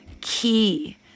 Key